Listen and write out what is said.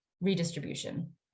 redistribution